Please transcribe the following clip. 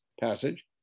passage